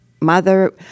mother